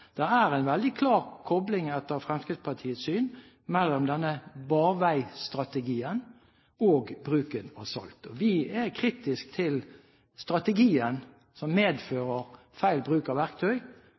det er en veldig klar kobling, etter Fremskrittspartiets syn, mellom denne barveistrategien og bruken av salt. Vi er kritiske til strategien som